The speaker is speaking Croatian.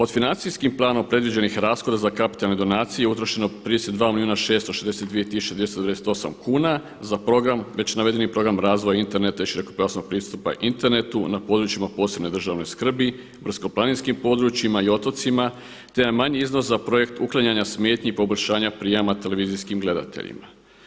Od financijskim planom predviđenih rashoda za kapitalne donacije utrošeno je 32 milijuna 662 tisuće 298 kuna za program, već navedeni program razvoja interneta i širokopojasnog pristupa internetu na područjima od posebne državne skrbi, brdsko-planinskim područjima i otocima, te jedan manji iznos za projekt uklanjanja smetnji i poboljšanja prijama televizijskim gledateljima.